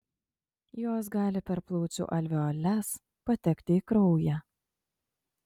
jos gali per plaučių alveoles patekti į kraują